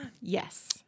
Yes